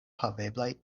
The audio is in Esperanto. haveblaj